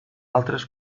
altres